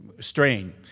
strain